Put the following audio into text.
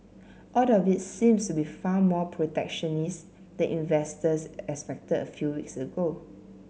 all of it seems to be far more protectionist than investors expected a few weeks ago